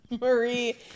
Marie